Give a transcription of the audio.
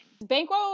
Banquo